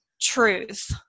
truth